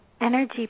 energy